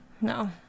no